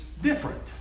different